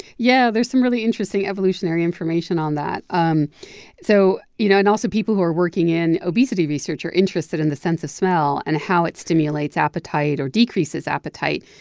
yeah, there's some really interesting evolutionary information on that. um so, you know and also, people who are working in obesity research are interested in the sense of smell and how it stimulates appetite or decreases appetite.